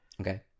Okay